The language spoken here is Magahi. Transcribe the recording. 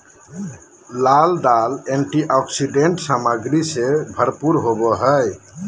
लाल दाल एंटीऑक्सीडेंट सामग्री से भरपूर होबो हइ